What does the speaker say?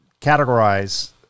categorize